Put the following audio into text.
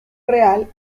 real